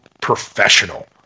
professional